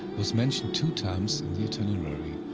was mentioned two times in the itinerary.